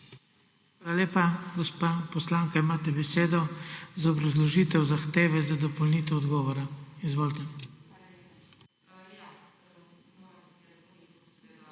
Hvala lepa. Gospa poslanka, imate besedo za obrazložitev zahteve za dopolnitev odgovora. Izvolite.